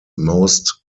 most